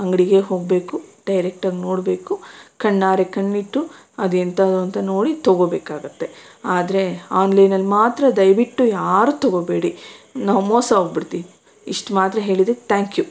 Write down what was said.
ಅಂಗಡಿಗೇ ಹೋಗಬೇಕು ಡೈರೆಕ್ಟಾಗಿ ನೋಡಬೇಕು ಕಣ್ಣಾರೆ ಕಣ್ಣಿಟ್ಟು ಅದೆಂಥದ್ದು ಅಂತ ನೋಡಿ ತಗೋಬೇಕಾಗುತ್ತೆ ಆದರೆ ಆನ್ಲೈನಲ್ಲಿ ಮಾತ್ರ ದಯವಿಟ್ಟು ಯಾರೂ ತಗೋಬೇಡಿ ನಾವು ಮೋಸ ಹೋಗ್ಬಿಡ್ತೀವಿ ಇಷ್ಟು ಮಾತ್ರ ಹೇಳಿದೆ ತ್ಯಾಂಕ್ ಯು